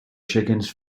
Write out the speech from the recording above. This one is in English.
chickens